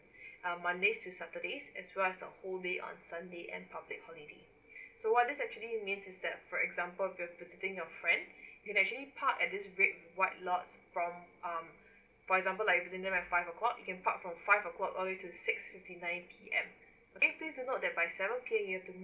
uh mondays to saturdays as well as the whole day on sunday and public holiday so what this actually need is the for example you have visiting your friend is actually park at this red white lot from um for example like dinner at five o'clock he can park from five o'clock or it'll will to six fifty nine P_M okay please to note that by seven P_ M he has to move